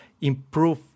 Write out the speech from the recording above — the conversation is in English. improve